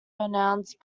announced